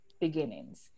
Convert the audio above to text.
beginnings